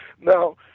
Now